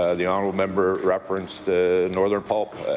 ah the honourable member referenced northern pulp.